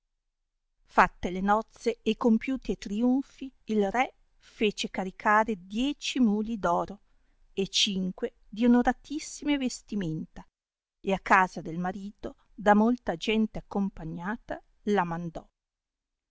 fatte le nozze e compiuti e triunfi il re fece caricare dieci muli d oro e cinque di onoratissime vestimenta e a casa del marito da molta gente accompagnata la mandò